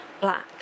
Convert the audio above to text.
black